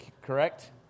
correct